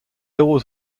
always